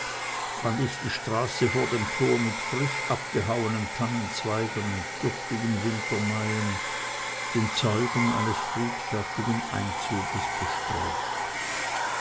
fand ich die straße vor dem tor mit frisch abgehauenen tannenzweigen und dürftigen wintermaien den zeugen eines friedfertigen einzuges bestreut